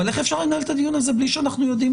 אבל איך אפשר לנהל את הדיון הזה בלי שאנחנו יודעים